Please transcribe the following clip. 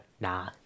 Nah